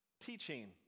teaching